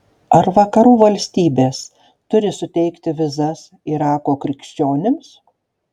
ar vakarų valstybės turi suteikti vizas irako krikščionims